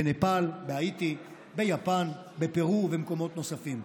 בנפאל, בהאיטי, ביפן, בפרו ובמקומות נוספים.